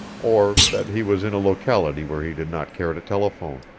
or that he was in a locality where he did not care to telephone.